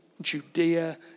Judea